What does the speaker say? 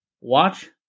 Watch